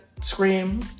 Scream